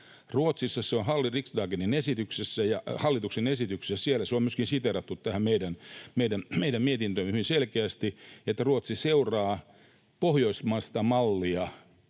Ruotsissa se on hallituksen esityksessä. Se on myöskin siteerattu tähän meidän mietintöömme hyvin selkeästi, että Ruotsi seuraa pohjoismaista mallia